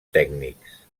tècnics